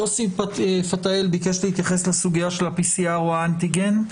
יוסי פתאל ביקש להתייחס לסוגיה של ה-PCR או האנטיגן.